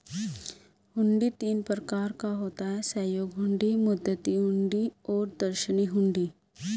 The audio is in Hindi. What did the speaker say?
हुंडी तीन प्रकार का होता है सहयोग हुंडी, मुद्दती हुंडी और दर्शनी हुंडी